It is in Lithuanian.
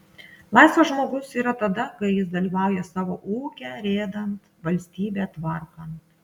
laisvas žmogus yra tada kai jis dalyvauja savo ūkę rėdant valstybę tvarkant